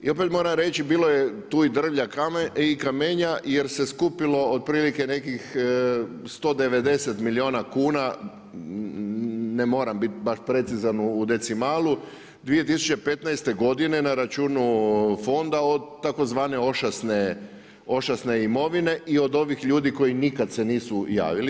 I opet moram reći bilo je tu i drvlja i kamenja jer se skupilo otprilike nekih 190 milijuna kuna, ne moram baš biti precizan u decimalu, 2005. godine na računu fonda od tzv. ošasne imovine i od ovih ljudi koji nikada se nisu javili.